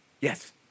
Yes